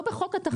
לא בחוק התחרות.